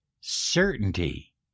certainty